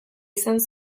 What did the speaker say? izan